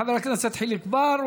חבר הכנסת חיליק בר,